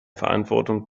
verantwortung